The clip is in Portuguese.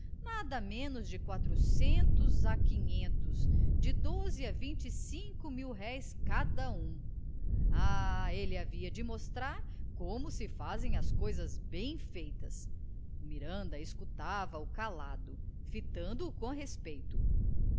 nada menos de quatrocentos a quinhentos de doze a vinte e cinco mil-réis cada um ah ele havia de mostrar como se fazem as coisas bem feitas o miranda escutava o calado fitando o com respeito